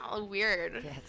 weird